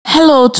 Hello